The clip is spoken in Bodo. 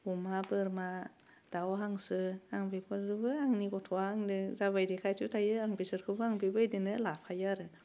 अमा बोरमा दाव हांसो आं बेफोरजोबो आंनि गथ'वा आंनो जाबायदि खाथियाव थायो आं बेसोरखौबो आं बेबायदि लाफायो आरो